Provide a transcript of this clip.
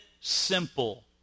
simple